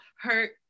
hurt